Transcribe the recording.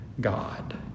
God